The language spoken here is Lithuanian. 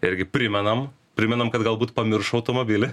irgi primenam primenam kad galbūt pamiršo automobilį